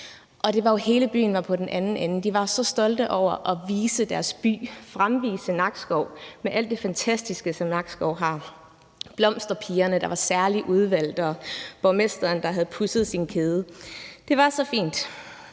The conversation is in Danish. kongehuset. Hele byen var på den anden ende. De var så stolte over at vise deres by, fremvise Nakskov med alt det fantastiske, som Nakskov har. Blomsterpigerne var særligt udvalgte, og borgmesteren havde pudset sin kæde. Det var så fint.